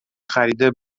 خریده